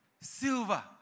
Silver